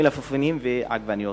מלפפונים ועגבניות.